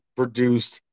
produced